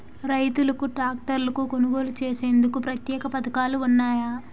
రైతులకు ట్రాక్టర్లు కొనుగోలు చేసేందుకు ప్రత్యేక పథకాలు ఉన్నాయా?